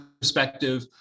perspective